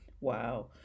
Wow